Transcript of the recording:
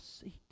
seat